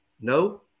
No